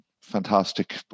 fantastic